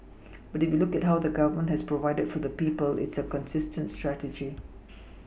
but if you look at how the Government has provided for the people it's a consistent strategy